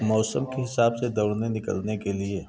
मौसम के हिसाब से दौड़ने निकलने के लिए